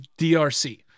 DRC